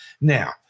Now